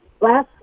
last